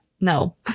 No